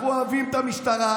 אנחנו אוהבים את המשטרה,